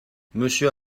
monsieur